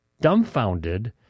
dumbfounded